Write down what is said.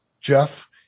Jeff